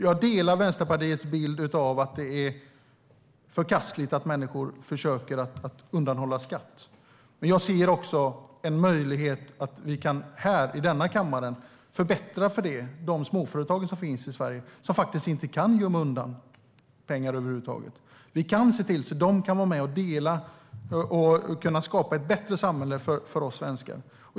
Jag delar Vänsterpartiets bild att det är förkastligt att människor försöker undandra sig skatt, men jag ser också en möjlighet för oss här i kammaren att förbättra för de småföretag som finns i Sverige och som faktiskt inte kan gömma undan pengar över huvud taget. Vi kan se till att de kan vara med och dela och skapa ett bättre samhälle för oss svenskar.